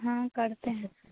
हाँ करते हैं